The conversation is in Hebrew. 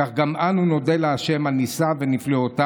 כך גם אנו נודה לה' על ניסיו ונפלאותיו,